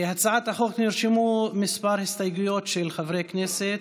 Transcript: להצעת החוק נרשמו כמה הסתייגויות של חברי כנסת.